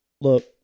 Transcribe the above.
Look